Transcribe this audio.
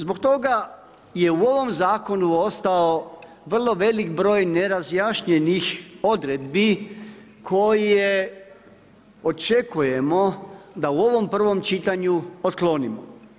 Zbog toga je u ovom zakonu ostao vrlo velik broj nerazjašnjenih odredbi koje očekujemo da u ovom prvom čitanju otklonimo.